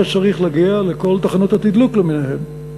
זה צריך להגיע לכל תחנות התדלוק למיניהן.